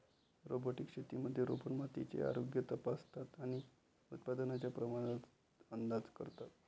robotic शेतीमध्ये robot मातीचे आरोग्य तपासतात आणि उत्पादनाच्या प्रमाणात अंदाज करतात